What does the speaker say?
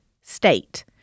state